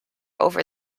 over